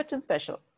special